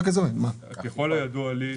ככל הידוע לי,